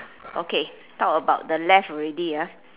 okay talk about the left already ah